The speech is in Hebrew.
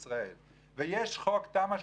ויש מקומות